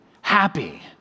happy